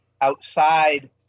outside